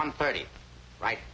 one thirty right